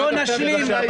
--- בואו נתמקד בסוגיה.